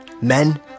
men